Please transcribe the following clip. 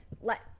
Let